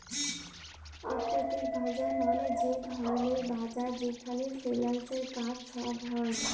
আথ্থিক বাজার মালে যে ধরলের বাজার যেখালে ফিল্যালসের কাজ ছব হ্যয়